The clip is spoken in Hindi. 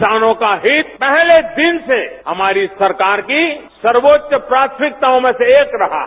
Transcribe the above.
किसानों का हित पहले दिन से हमारी सरकार की सर्वोच्च प्राथमिकताओं में से एक रहा है